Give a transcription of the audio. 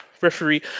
referee